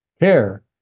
care